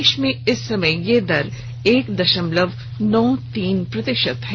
देश में इस समय यह दर एक दशमलव नौ तीन प्रतिशत है